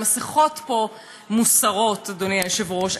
המסכות פה מוסרות, אדוני היושב-ראש.